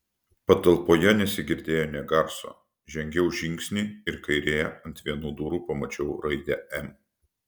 patalpoje nesigirdėjo nė garso žengiau žingsnį ir kairėje ant vienų durų pamačiau raidę m